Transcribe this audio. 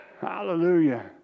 Hallelujah